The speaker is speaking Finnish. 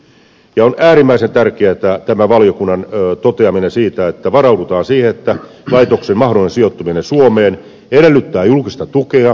on äärimmäisen tärkeä tämä valiokunnan toteamus siitä että varaudutaan siihen että laitoksen mahdollinen sijoittuminen suomeen edellyttää julkista tukea